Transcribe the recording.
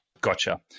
Gotcha